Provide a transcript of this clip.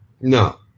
No